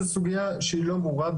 זו סוגיה שהיא לא ברורה,